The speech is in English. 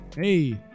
hey